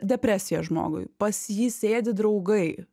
depresija žmogui pas jį sėdi draugai